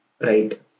right